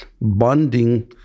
bonding